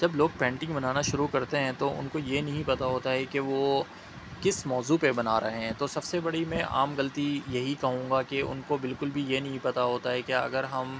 جب لوگ پینٹنگ بنانا شروع کرتے ہیں تو ان کو یہ نہیں پتا ہوتا ہے کہ وہ کس موضوع پہ بنا رہے ہیں تو سب سے بڑی میں عام غلطی یہی کہوں گا کہ ان کو بالکل بھی یہ نہیں پتا ہوتا ہے کہ اگر ہم